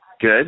Good